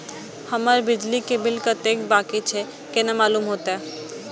हमर बिजली के बिल कतेक बाकी छे केना मालूम होते?